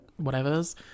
whatevers